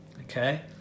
okay